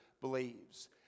believes